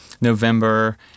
November